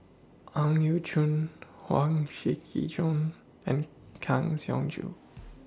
Ang Yau Choon Huang Shiqi Joan and Kang Siong Joo